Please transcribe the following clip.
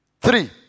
Three